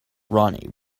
ronnie